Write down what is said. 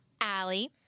Allie